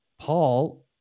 Paul